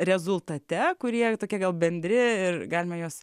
rezultate kurie tokie gal bendri ir galime juos